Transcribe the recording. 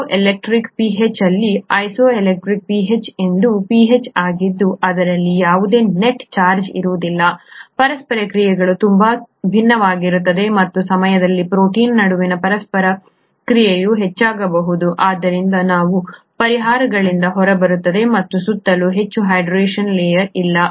isoelectric pH ನಲ್ಲಿ isoelectric pH ಒಂದು pH ಆಗಿದ್ದು ಇದರಲ್ಲಿ ಯಾವುದೇ ನೆಟ್ ಚಾರ್ಜ್ ಇರುವುದಿಲ್ಲ ಪರಸ್ಪರ ಕ್ರಿಯೆಗಳು ತುಂಬಾ ಭಿನ್ನವಾಗಿರುತ್ತವೆ ಮತ್ತು ಆ ಸಮಯದಲ್ಲಿ ಪ್ರೋಟೀನ್ಗಳ ನಡುವಿನ ಪರಸ್ಪರ ಕ್ರಿಯೆಯು ಹೆಚ್ಚಾಗಬಹುದು ಆದ್ದರಿಂದ ಅವು ಪರಿಹಾರಗಳಿಂದ ಹೊರಬರುತ್ತವೆ ಅದರ ಸುತ್ತಲೂ ಹೆಚ್ಚು ಹೈಡ್ರೆಷನ್ ಲೇಯರ್ ಇಲ್ಲ